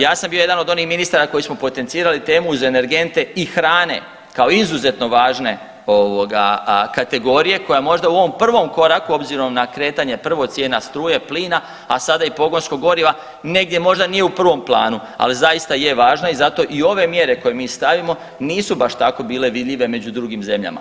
Ja sam bio jedan od onih ministara koji smo potencirali temu uz energente i hrane kao izuzetno važne ovoga kategorija koja možda u ovom prvom koraku obzirom na kretanje prvo cijena struje, plina, a sada i pogonskog goriva negdje možda nije u prvom planu, ali zaista je važna i zato i ove mjere koje mi stavimo nisu baš tako bile vidljive među drugim zemljama.